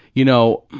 you know,